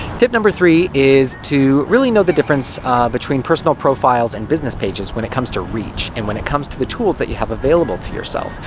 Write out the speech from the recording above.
tip number three is to really know the difference between personal profiles and business pages when it comes to reach and when it comes to the tools that you have available to yourself.